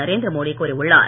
நரேந்திர மோடி கூறியுள்ளார்